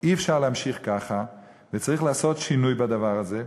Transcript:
אי-אפשר להמשיך ככה, וצריך לעשות שינוי בדבר הזה,